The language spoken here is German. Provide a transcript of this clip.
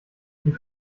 die